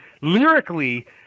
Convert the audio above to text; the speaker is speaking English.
lyrically